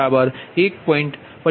50 0